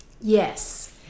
yes